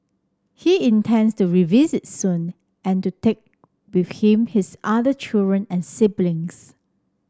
he intends to revisit soon and to take with him his other children and siblings